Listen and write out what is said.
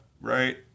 right